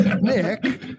Nick